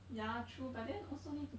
ya true but then also need to